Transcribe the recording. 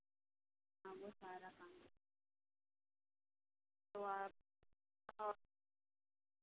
हाँ वो सारा काम तो आप